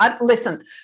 Listen